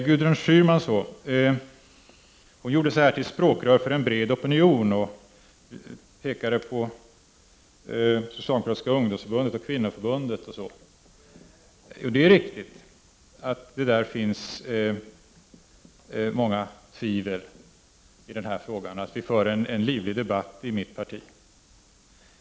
Gudrun Schyman gjorde sig här till språkrör för en bred opinion, efter vad hon sade. Hon pekade på Socialdemokratiska ungdomsförbundet, Kvinnoförbundet osv. Det är riktigt att det inom dessa förbund finns många tvivlare i denna fråga. Vi för en livlig debatt i mitt parti.